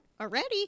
already